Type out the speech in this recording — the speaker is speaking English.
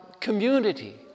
community